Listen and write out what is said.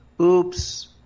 Oops